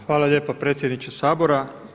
Hvala lijepa predsjedniče Sabora.